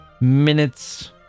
minutes